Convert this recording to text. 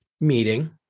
meeting